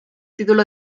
título